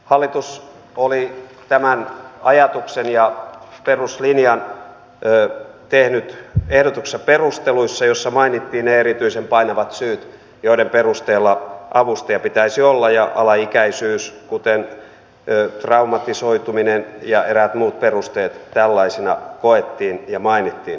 hallitus oli tämän ajatuksen ja peruslinjan tehnyt ehdotuksen perusteluissa joissa mainittiin ne erityisen painavat syyt joiden perusteella avustaja pitäisi olla ja alaikäisyys kuten traumatisoituminen ja eräät muut perusteet tällaisina koettiin ja mainittiin